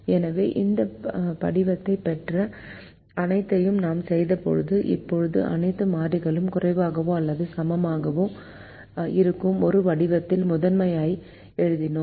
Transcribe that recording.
எனவே இந்த படிவத்தைப் பெற்ற அனைத்தையும் நாம் செய்தபோது இப்போது அனைத்து மாறிகள் குறைவாகவோ அல்லது சமமாகவோ இருக்கும் ஒரு வடிவத்தில் முதன்மையை எழுதினோம்